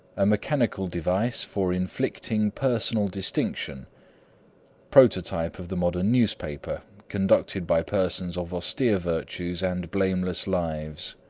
a mechanical device for inflicting personal distinction prototype of the modern newspaper conducted by persons of austere virtues and blameless lives.